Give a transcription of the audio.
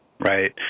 Right